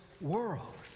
world